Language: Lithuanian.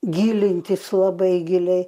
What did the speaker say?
gilintis labai giliai